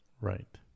Right